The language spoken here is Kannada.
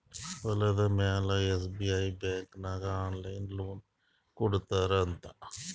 ಹೊಲುದ ಮ್ಯಾಲ ಎಸ್.ಬಿ.ಐ ಬ್ಯಾಂಕ್ ನಾಗ್ ಆನ್ಲೈನ್ ಲೋನ್ ಕೊಡ್ತಾರ್ ಅಂತ್